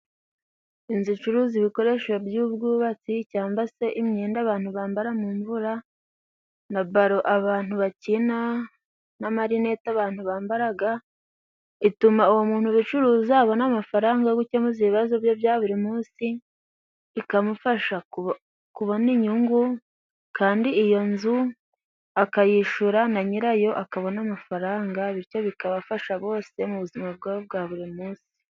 Inzu icuruza ibikoresho by'ubwubatsi, cyangwa se imyenda abantu bambara mu mvura, na baro abantu bakina, n'amarinete abantu bambara. Ituma uwo muntu ubicuruza abona amafaranga yo gukemuza ibibazo bye bya buri munsi, ikamufasha kubona inyungu kandi iyo nzu akayishyura, na nyirayo akabona amafaranga bityo bikabafasha bose mu buzima bwabo bwa buri munsi.